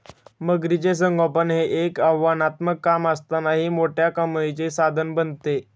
मगरीचे संगोपन हे एक आव्हानात्मक काम असतानाही मोठ्या कमाईचे साधन बनते